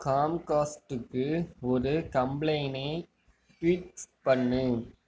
காம்காஸ்ட்டுக்கு ஒரு கம்ப்ளெய்னை ட்விட்ஸ் பண்ணு